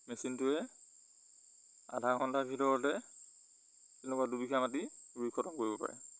মেচিনটোৱে আধা ঘণ্টাৰ ভিতৰতে তেনেকুৱা দুবিঘা মাাটি ৰুই খতম কৰিব পাৰে